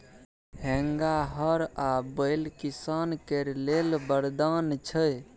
हेंगा, हर आ बैल किसान केर लेल बरदान छै